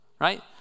right